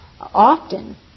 often